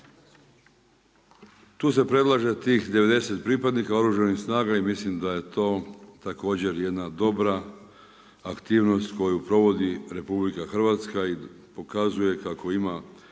Tu se predlaže tih 90 pripadnika Oružanih snaga i mislim da je to također jedna dobra aktivnost koju provodi RH i pokazuje kako ima